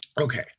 Okay